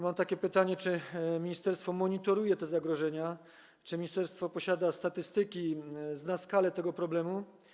Mam pytanie: Czy ministerstwo monitoruje te zagrożenia, czy ministerstwo posiada statystyki, zna skalę tego problemu?